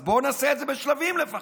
אז בואו נעשה את זה בשלבים לפחות.